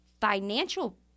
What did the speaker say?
financial